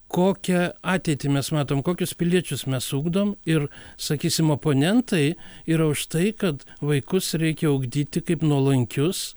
kokią ateitį mes matom kokius piliečius mes ugdom ir sakysim oponentai yra už tai kad vaikus reikia ugdyti kaip nuolankius